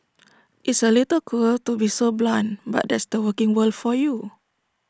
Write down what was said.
it's A little cruel to be so blunt but that's the working world for you